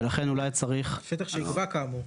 לכן אולי צריך --- "שטח שנקבע כאמור".